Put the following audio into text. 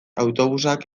autobusak